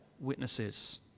witnesses